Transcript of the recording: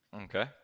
Okay